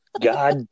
God